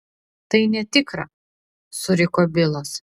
tai netikra suriko bilas